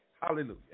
Hallelujah